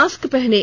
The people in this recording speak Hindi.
मास्क पहनें